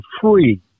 free